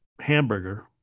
hamburger